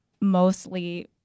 mostly